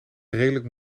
redelijk